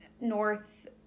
North